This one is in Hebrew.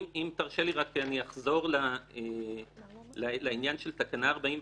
אם תרשה לי רק, אני אחזור לעניין של תקנה 43: